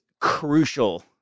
crucial